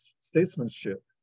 statesmanship